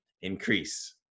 increase